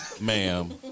Ma'am